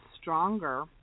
stronger